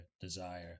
desire